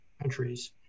countries